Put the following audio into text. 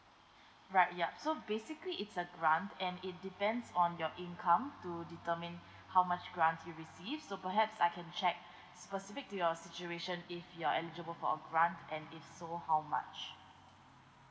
right yup so basically it's a grant and it depends on your income to determine how much grants you receive so perhaps I can check specific to your situation if you're eligible for a grant and if so how much